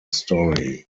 story